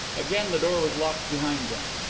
again the door was locked behind them.